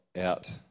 out